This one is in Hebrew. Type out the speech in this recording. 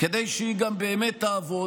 כדי שהיא גם באמת תעבוד,